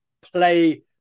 play